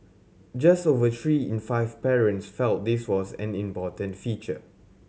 just over three in five parents felt this was an important feature